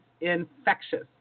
infectious